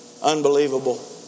Unbelievable